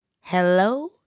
Hello